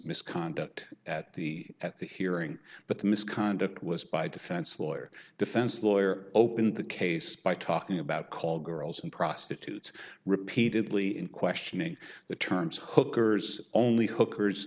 misconduct at the at the hearing but the misconduct was by defense lawyer defense lawyer opened the case by talking about call girls and prostitutes repeatedly in questioning the terms hookers only hookers